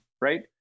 Right